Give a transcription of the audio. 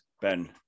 Ben